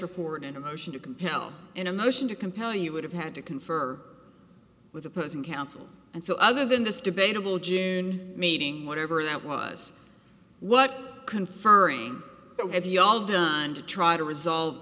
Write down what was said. report and a motion to compel in a motion to compel you would have had to confer with opposing counsel and so other than this debatable june meeting whatever that was what conferring have you all done to try to resolve